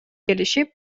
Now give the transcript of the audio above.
келишип